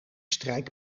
strijk